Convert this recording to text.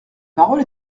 parole